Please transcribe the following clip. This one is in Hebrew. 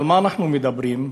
על מה אנחנו מדברים?